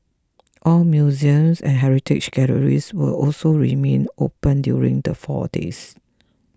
all museums and heritage galleries will also remain open during the four days